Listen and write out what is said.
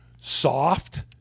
soft